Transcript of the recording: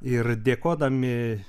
ir dėkodami